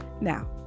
Now